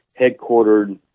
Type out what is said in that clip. headquartered